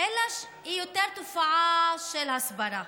אלא היא יותר תופעה של הסברה,